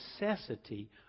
necessity